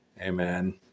Amen